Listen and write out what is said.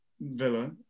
Villa